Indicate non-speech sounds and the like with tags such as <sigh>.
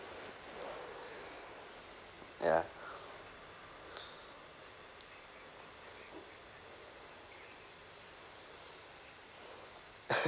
ya <laughs>